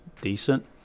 decent